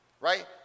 right